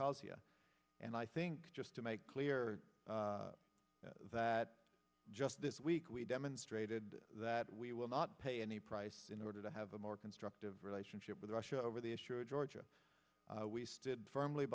abkhazia and i think just to make clear that just this week we demonstrated that we will not pay any price in order to have a more constructive relationship with russia over the issue of georgia we stood firmly